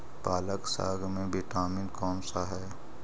पालक साग में विटामिन कौन सा है?